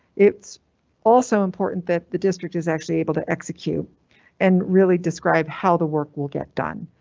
it's also important that the district is actually able to execute and really describe how the work will get done,